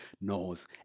knows